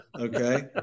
Okay